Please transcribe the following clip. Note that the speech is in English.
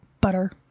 butter